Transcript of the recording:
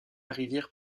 rivière